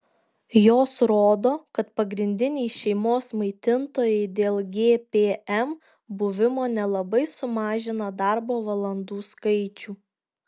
jos rodo kad pagrindiniai šeimos maitintojai dėl gpm buvimo nelabai sumažina darbo valandų skaičių